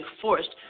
forced